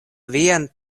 vian